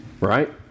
right